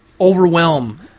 overwhelm